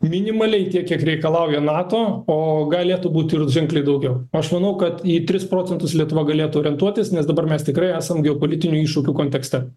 minimaliai tiek kiek reikalauja nato o galėtų būti ir ženkliai daugiau aš manau kad į tris procentus lietuva galėtų orientuotis nes dabar mes tikrai esam geopolitinių iššūkių kontekste